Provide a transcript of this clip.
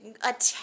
attack